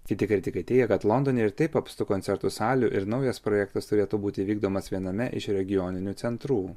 kiti kritikai teigia kad londone ir taip apstu koncertų salių ir naujas projektas turėtų būti vykdomas viename iš regioninių centrų